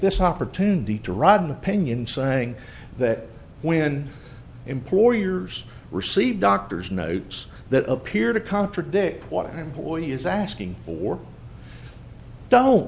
this opportunity to rodan opinion saying that when employers receive doctors notes that appear to contradict what and boyd is asking for don't